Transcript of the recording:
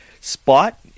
spot